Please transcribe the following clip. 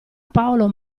paolo